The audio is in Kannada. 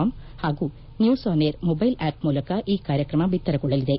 ಕಾಮ್ ಹಾಗೂ news on air mobile app ಮೂಲಕ ಈ ಕಾರ್ಯಕ್ರಮ ಬಿತ್ತರಗೊಳ್ಳಲಿದೆ